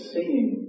Seeing